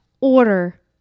order